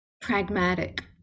pragmatic